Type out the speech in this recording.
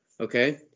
Okay